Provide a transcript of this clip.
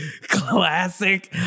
classic –